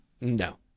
No